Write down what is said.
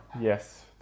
yes